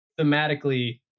thematically